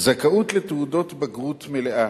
זכאות לתעודת בגרות מלאה: